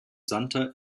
santer